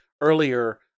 earlier